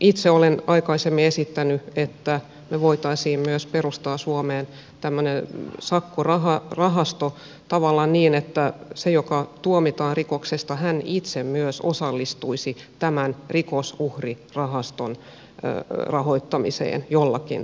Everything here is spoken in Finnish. itse olen aikaisemmin esittänyt että me voisimme myös perustaa suomeen tämmöisen sakkorahaston tavallaan niin että se joka tuomitaan rikoksesta itse myös osallistuisi tämän rikosuhrirahaston rahoittamiseen jollakin tavalla